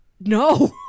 No